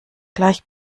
gleich